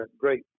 great